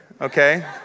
okay